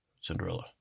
Cinderella